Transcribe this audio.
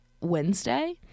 Wednesday